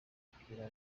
abwira